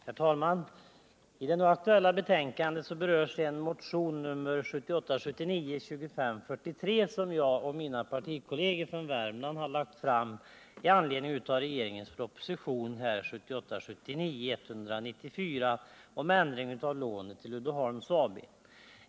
Herr talman! I det nu aktuella betänkandet berörs motionen 1978 79:194 om ändring av lånet till Uddeholms AB.